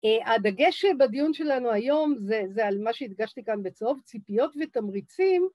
הדגש בדיון שלנו היום זה על מה שהדגשתי כאן בצהוב, ציפיות ותמריצים.